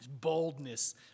Boldness